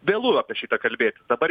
vėlu apie šitą kalbėt dabar